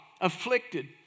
afflicted